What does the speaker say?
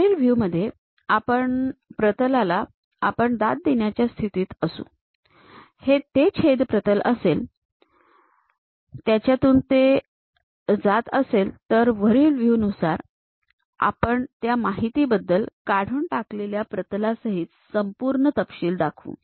वरील व्ह्यू मध्ये आपण प्रतलाला आपण दाद देण्याच्या स्थितीत असू हे ते छेद प्रतल असेल त्याच्यातून ते जात असेल तर वरील व्ह्यू नुसार आपण त्या माहितीबद्दल काढून टाकलेल्या प्रतलासहित संपूर्ण तपशील दाखवू